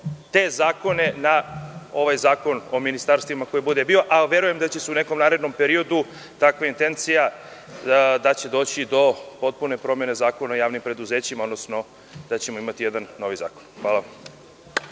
te zakone na ovaj Zakon o ministarstvima, a verujem da će u nekom narednom periodu takva intencija dovesti do potpune promene Zakona o javnim preduzećima, odnosno da ćemo imati jedan novi zakon. Hvala.